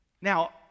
Now